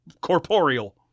corporeal